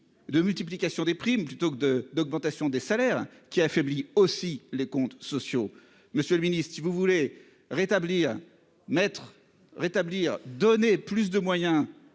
de multiplication des primes plutôt que de d'augmentation des salaires qui affaiblit aussi les comptes sociaux. Monsieur le Ministre, si vous voulez rétablir maître rétablir donner plus de moyens